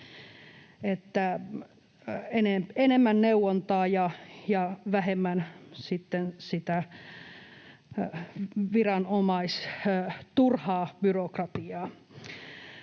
enemmän neuvontaa ja vähemmän sitten sitä viranomaisten turhaa byrokratiaa.